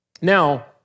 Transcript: Now